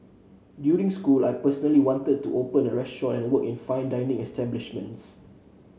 during school I personally wanted to open a restaurant and work in fine dining establishments